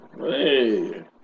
Hey